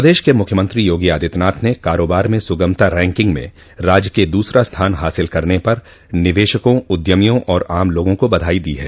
प्रदेश के मुख्यमंत्री योगी आदित्यनाथ ने कारोबार में सुगमता रैकिंग में राज्य के दूसरा स्थान हासिल करने पर निवेशकों उद्यमियों और आम लोगों को बधाई दी है